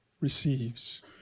receives